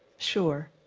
sure.